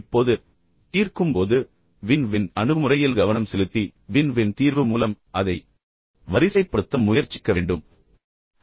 இப்போது தீர்க்கும் போது வின் வின் அணுகுமுறையில் கவனம் செலுத்தி வின் வின் தீர்வு மூலம் அதை வரிசைப்படுத்த முயற்சிக்க வேண்டும் என்று நான் உங்களுக்குச் சொல்லிக்கொண்டே இருக்கிறேன்